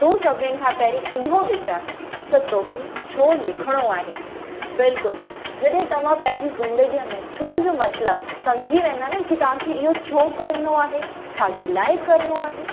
तूं सभिनि खां पहिरीं इहो वीचार कर त तोखे छो लिखिणो आहे बिल्कुलु जॾहिं तव्हां पंहिंजी ज़िंदगी में छोजो मतिलबु सम्झी वेंदा न की तव्हंखे इहो छो करिणो आहे छाजे लाइ करिणो आहे